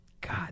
god